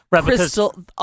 crystal